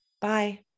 Bye